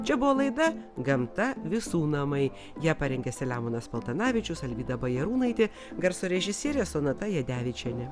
čia buvo laida gamta visų namai ją parengė selemonas paltanavičius alvyda bajarūnaitė garso režisierė sonata jadevičienė